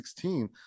2016